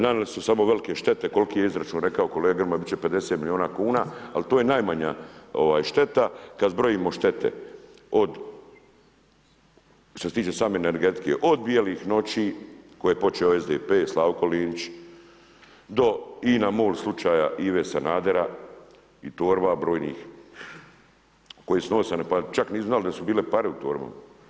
Nanijeli su samo velike štete koliki je izračun, rekao kolegama, biti će 50 milijuna kuna, ali to je najmanja šteta kada zbrojimo štete, od, što se tiče same energetike, od bijelih noći, koje je počeo SDP, Slavko Linić, do INA MOL slučaja Ive Sanadera i torba brojnih koji su nosane, pa čak nisu znale da su bile pare u torbama.